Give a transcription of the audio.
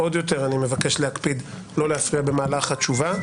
עוד יותר אני מבקש להקפיד לא להפריע במהלך התשובה.